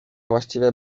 właściwie